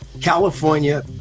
California